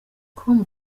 com